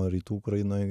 o rytų ukrainoj